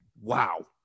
wow